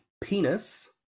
penis